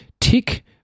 Tick